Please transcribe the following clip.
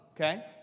Okay